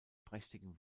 prächtigen